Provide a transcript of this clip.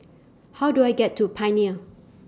How Do I get to Pioneer